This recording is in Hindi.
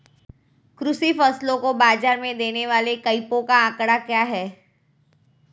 कृषि फसलों को बाज़ार में देने वाले कैंपों का आंकड़ा क्या है?